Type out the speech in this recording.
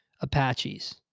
Apaches